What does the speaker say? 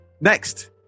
Next